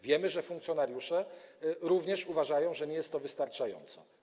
Wiemy, że funkcjonariusze również uważają, że nie jest to wystarczające.